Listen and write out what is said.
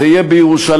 זה יהיה בירושלים,